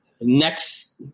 Next